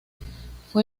fue